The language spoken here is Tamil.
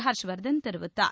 ஹர்ஷ்வர்தன் தெரிவித்தார்